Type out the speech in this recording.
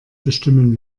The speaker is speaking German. bestimmen